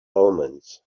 omens